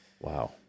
Wow